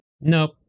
Nope